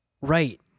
Right